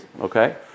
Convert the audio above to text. Okay